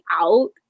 out